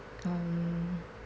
um